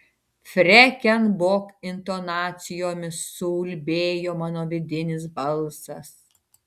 freken bok intonacijomis suulbėjo mano vidinis balsas